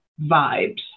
vibes